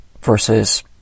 versus